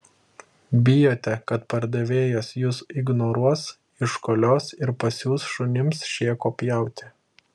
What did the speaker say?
bijote kad pardavėjas jus ignoruos iškolios ir pasiųs šunims šėko pjauti